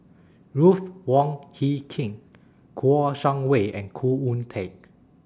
Ruth Wong Hie King Kouo Shang Wei and Khoo Oon Teik